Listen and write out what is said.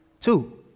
Two